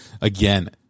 again